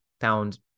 found